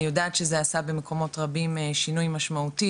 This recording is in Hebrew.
אני יודעת שזה עשה במקומות רבים שינוי משמעותי,